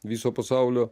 viso pasaulio